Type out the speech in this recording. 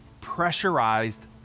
pressurized